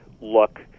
look